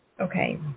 okay